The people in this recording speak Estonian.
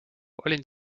olin